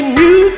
new